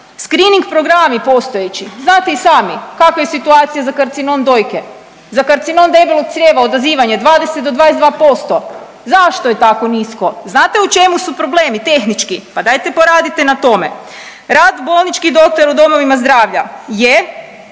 screening programi postojeći. Znate i sami kakva je situacija za karcinom dojke. Za karcinom debelog crijeva odazivanje 20 do 22%. Zašto je tako nisko? Znate u čemu su problemi tehnički pa dajte poradite na tome. Rad bolničkih doktora u domovima zdravlja, je